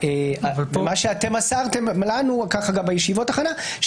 מה שאתם מסרתם לנו בישיבות הכנה,